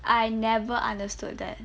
I never understood that